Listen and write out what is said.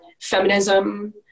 feminism